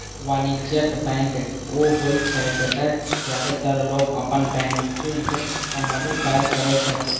वाणिज्यिक बैंक ऊ होइ छै, जतय जादेतर लोग अपन बैंकिंग संबंधी काज करै छै